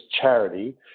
charity